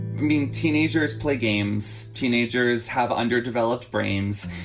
mean, teenagers play games. teenagers have underdeveloped brains.